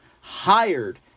hired